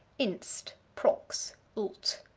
inst, prox, ult.